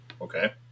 Okay